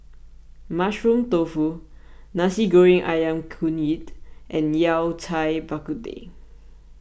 Mushroom Tofu Nasi Goreng Ayam Kunyit and Yao Cai Bak Kut Teh